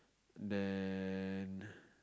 then